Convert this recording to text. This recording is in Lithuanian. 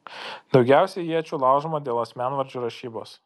daugiausiai iečių laužoma dėl asmenvardžių rašybos